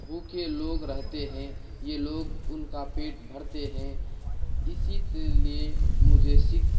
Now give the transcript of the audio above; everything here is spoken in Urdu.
بھوکے لوگ رہتے ہیں یہ لوگ ان کا پیٹ بھرتے ہیں اسی لیے مجھے سکھ